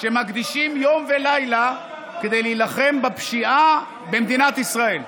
שמקדישים יום ולילה כדי להילחם בפשיעה במדינת ישראל?